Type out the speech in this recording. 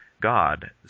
God